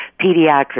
pediatrics